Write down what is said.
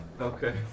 Okay